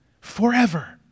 forever